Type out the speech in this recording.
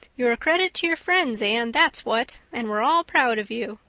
you're a credit to your friends, anne, that's what, and we're all proud of you.